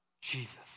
Jesus